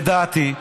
לדעתי,